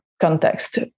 context